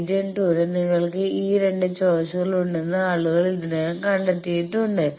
region 2 ന് നിങ്ങൾക്ക് ഈ 2 ചോയിസുകൾ ഉണ്ടെന്ന് ആളുകൾ ഇതിനകം കണ്ടെത്തിയിട്ടുണ്ട്